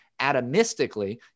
atomistically